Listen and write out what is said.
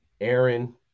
Aaron